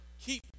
keep